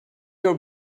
your